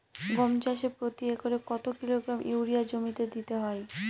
গম চাষে প্রতি একরে কত কিলোগ্রাম ইউরিয়া জমিতে দিতে হয়?